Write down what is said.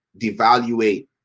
devaluate